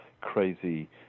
crazy